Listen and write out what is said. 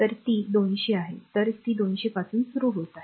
तर ती २०० आहे तर ती 200 पासून सुरू होत आहे